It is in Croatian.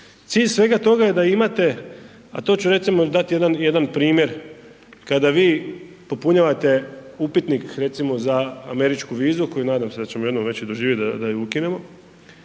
Cilj svega toga je da imate, a to ću reć samo, dat jedan, jedan primjer kada vi popunjavate upitnik recimo za američku vizu koju nadam se da ćemo jednom već i doživit da, da je ukinemo,